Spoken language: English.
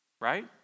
right